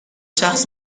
شخص